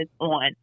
on